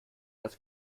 das